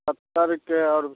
सत्तरके आओर